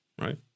right